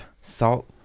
Salt